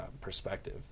perspective